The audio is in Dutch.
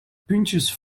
puntjes